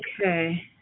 Okay